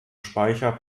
speicher